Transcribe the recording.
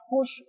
push